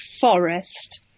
forest –